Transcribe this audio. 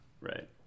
Right